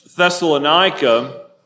Thessalonica